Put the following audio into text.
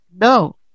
No